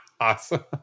Awesome